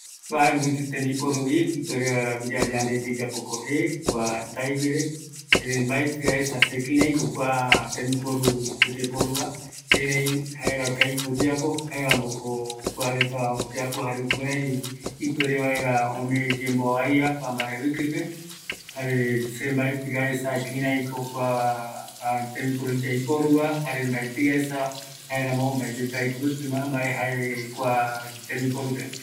﻿kua jae mopeti tembiporuvi ipuerevaera aguiyera yande etei yapoko je kua taiguere, erei mbaeti aesa se kiraiko kua tembiporu oyeporuva, erei jaerako aipo oyeapo, jaeramoko kuareta oyapo jare jukurai ipuere vaera ome yemboavaia kua mbaravikipe, jare se mbaeti aikua kiraiko kua tembiporu yaiporuva, jare mbaeti aesa, jaeramo mbaetitavi kuti mbae jae kua tembiporupe